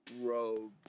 robe